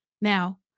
now